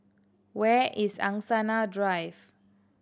where is Angsana Drive